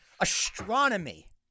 astronomy